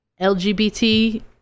LGBT